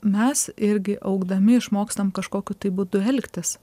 mes irgi augdami išmokstam kažkokiu tai būdu elgtis